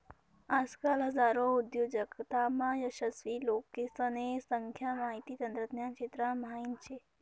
आजकाल हजारो उद्योजकतामा यशस्वी लोकेसने संख्या माहिती तंत्रज्ञान क्षेत्रा म्हाईन शे